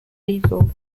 evil